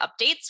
updates